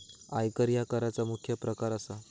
आयकर ह्या कराचा मुख्य प्रकार असा